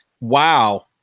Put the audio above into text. Wow